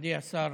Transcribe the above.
מכובדי השר,